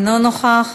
אינו נוכח,